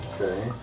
Okay